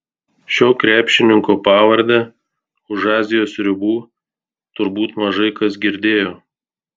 šio krepšininko pavardę už azijos ribų turbūt mažai kas girdėjo